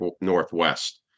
Northwest